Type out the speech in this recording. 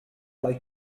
like